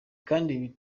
kandi